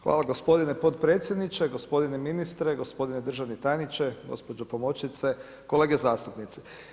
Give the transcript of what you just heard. Hvala gospodine potpredsjedniče, gospodine ministre, gospodine državni tajniče, gospođo pomoćnice, kolege zastupnici.